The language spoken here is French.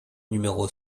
numéro